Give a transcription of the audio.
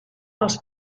els